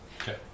Okay